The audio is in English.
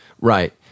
Right